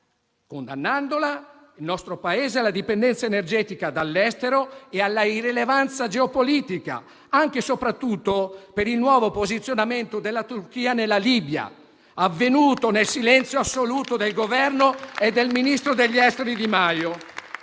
per cento del gas, alla dipendenza energetica dall'estero e all'irrilevanza geopolitica, anche e soprattutto per il nuovo posizionamento della Turchia in Libia, avvenuto nel silenzio assoluto del Governo e del ministro degli esteri Di Maio.